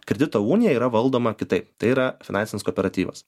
kredito unija yra valdoma kitaip tai yra finansinis kooperatyvas